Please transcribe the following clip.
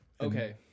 Okay